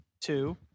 Two